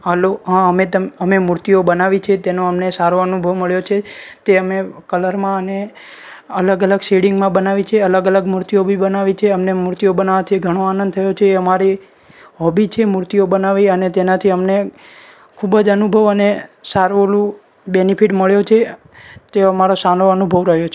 hello હા અમે તમ અમે મૂર્તિઓ બનાવી છે તેનો અમને સારો અનુભવ મળ્યો છે તે અમે કલરમાં અને અલગ અલગ શેડિંગમાં બનાવી છે અલગ અલગ મૂર્તિઓ બી બનાવી છીએ અમને મૂર્તિઓ બનાવવાથી ઘણો આનંદ થયો છે એ અમારી હોબી છે મૂર્તિઓ બનાવી અને તેનાથી અમને ખૂબ જ અનુભવ અને સારું ઓલું બેનિફિટ મળ્યો છે તે અમારો સારો અનુભવ રહ્યો છે